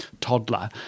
toddler